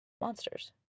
monsters